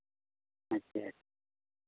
ᱟᱪᱪᱷᱟ